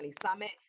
summit